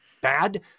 bad